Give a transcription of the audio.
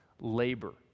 labor